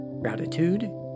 Gratitude